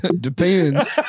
depends